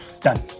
Done